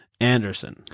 Anderson